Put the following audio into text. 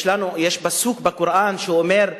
יש פסוק בקוראן שאומר: